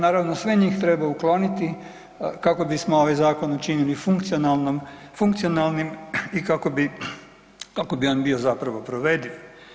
Naravno, sve njih treba ukloniti kako bismo ovaj zakon učinili funkcionalnom, funkcionalnim i kako bi, kako bi on bio zapravo provediv.